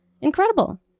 Incredible